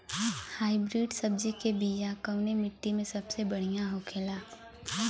Hybrid सब्जी के बिया कवने मिट्टी में सबसे बढ़ियां होखे ला?